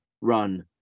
Run